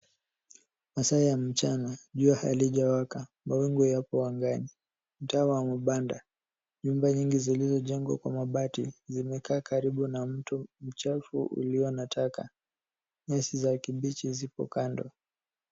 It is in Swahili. Masaa ya mchana jua halijawaka mawingu yapo angani. Mtaa wa mabanda. Nyumba nyingi zilizojengwa kwa mabati zimekaa karibu na mto mchafu ulio na taka. Nyasi zake mbichi zipo kando.